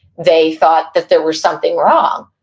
they thought that there was something wrong.